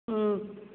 ꯎꯝ